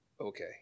okay